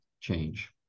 change